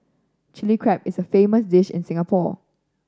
Chilli Crab is a famous dish in Singapore